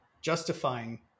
justifying